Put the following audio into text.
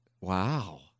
Wow